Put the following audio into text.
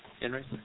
Henry